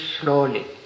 slowly